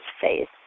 face